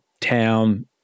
town